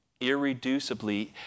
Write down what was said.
irreducibly